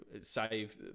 save